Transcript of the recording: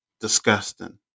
Disgusting